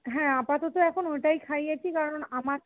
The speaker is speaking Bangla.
হ্যাঁ আপাতত এখন ওইটাই খাইয়েছি কারণ আমার